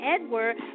Edward